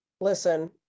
Listen